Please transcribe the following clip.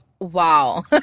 wow